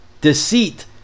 deceit